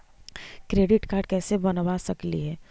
Credit card कैसे बनबा सकली हे?